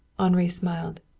henri smiled.